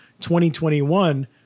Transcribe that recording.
2021